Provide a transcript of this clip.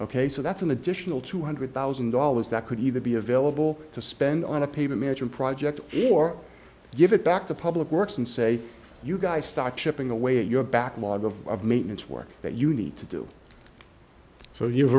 ok so that's an additional two hundred thousand dollars that could either be available to spend on a paper mansion project or give it back to public works and say you guys start chipping away at your backlog of maintenance work that you need to do so you